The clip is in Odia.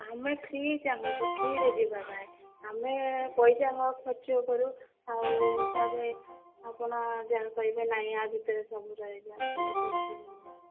ଆମେ ଫ୍ରି ଚାହୁଁଛୁ ଫ୍ରିରେ ଯିବା ପାଇଁ ଆମେ ପଇସା ହକ ଖର୍ଚ୍ଚ କରିବୁ ଆଉ ତାପରେ ଆପଣ ଯାହା କହିବେ ନାଇଁ ଏହା ଭିତରେ ସବୁ ରହିଯାଅ ବୋଲି କେମତି